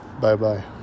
Bye-bye